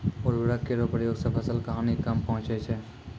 उर्वरक केरो प्रयोग सें फसल क हानि कम पहुँचै छै